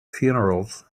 funerals